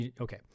Okay